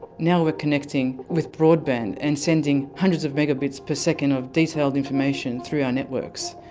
now we're connecting with broadband and sending hundreds of megabits per second of detailed information through our networks.